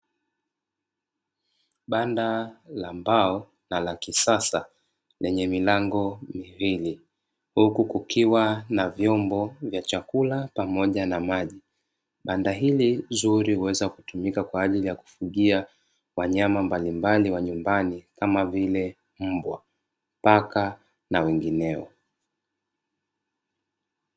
Banda la mbao na la kisasa lenye milango miwili, huku kukiwa na vyombo vya chakula, pamoja na maji. Banda hili zuri huweza kutumika kwa ajili ya kufugia wanyama mbalimbali wa nyumbani kama vile mbwa, paka, na wengineo.